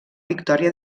victòria